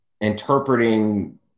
interpreting